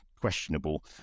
questionable